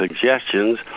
suggestions